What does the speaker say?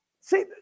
See